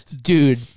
dude